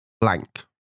blank